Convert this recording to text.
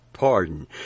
pardon